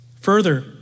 Further